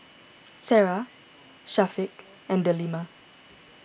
Sarah Syafiq and Delima